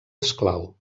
esclau